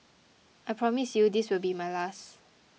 I promise you this will be my last